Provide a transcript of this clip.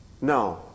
No